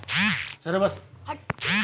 येका पिकअपमंदी किती टन संत्रा नेता येते?